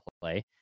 play